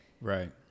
right